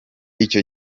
icyo